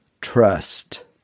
trust